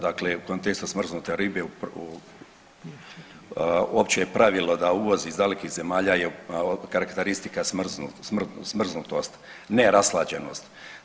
Dakle, u kontekstu smrznute ribe opće je pravilo da uvoz iz dalekih zemalja je karakteristika smrznutost, ne rashlađenost.